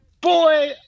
boy